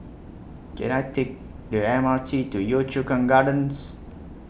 Can I Take The M R T to Yio Chu Kang Gardens